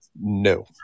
No